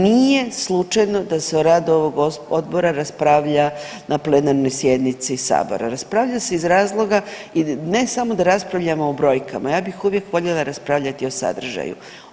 Nije slučajno da se o radu ovog odbora raspravlja na plenarnoj sjednici sabora, raspravlja se iz razloga ne samo da raspravljamo o brojkama, ja bih uvijek voljela raspravljati o sadržaju.